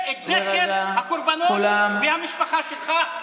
אתה מבזה את זכר הקורבנות והמשפחה שלך.